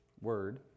word